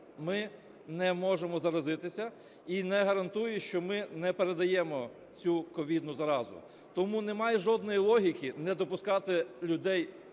ми не можемо заразитися, і не гарантує, що ми не передаємо цю ковідну заразу. Тому немає жодної логіки не допускати людей,